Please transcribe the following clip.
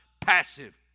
passive